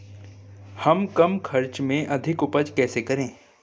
हम कम खर्च में अधिक उपज कैसे करें?